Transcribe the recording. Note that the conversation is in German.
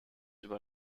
über